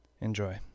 Enjoy